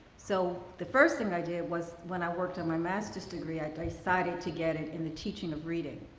so the first thing i did was when i worked on my master's degree, i decided to get it in the teaching of reading.